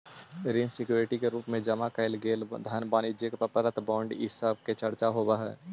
ऋण सिक्योरिटी के रूप में जमा कैइल गेल धन वाणिज्यिक प्रपत्र बॉन्ड इ सब के चर्चा होवऽ हई